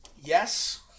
yes